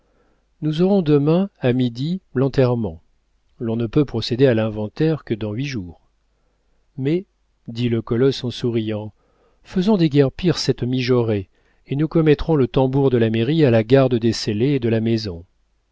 nous aurons demain à midi l'enterrement on ne peut procéder à l'inventaire que dans huit jours mais dit le colosse en souriant faisons déguerpir cette mijaurée et nous commettrons le tambour de la mairie à la garde des scellés et de la maison